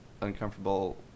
uncomfortable